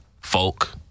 folk